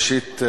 ראשית,